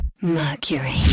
Mercury